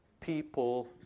people